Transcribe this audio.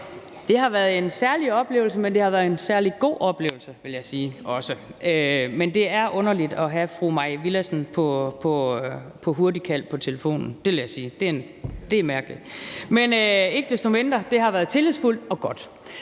det har været en særlig oplevelse, men det har også været en særlig god oplevelse, vil jeg sige. Men det er underligt at have fru Mai Villadsen på hurtigkald på telefonen, det vil jeg sige; det er mærkeligt. Men ikke desto mindre har det været tillidsfuldt og godt.